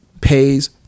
pays